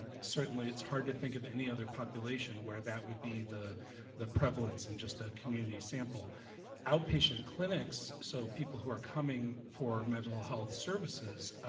certainly it's hard to think of any other population where that would be the the prevalence in just a community sample outpatient clinics, so people who are coming for mental health services,